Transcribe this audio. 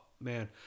man